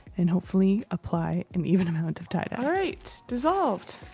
and hopefully, apply an even amount of tye-dye. alright dissolved.